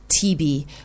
TB